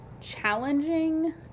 challenging